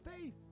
faith